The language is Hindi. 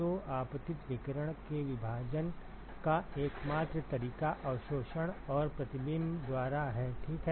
तो आपतित विकिरण के विभाजन का एकमात्र तरीका अवशोषण और प्रतिबिंब द्वारा है ठीक है